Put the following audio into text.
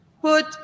Put